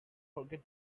forget